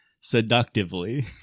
seductively